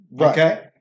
Okay